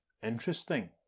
Interesting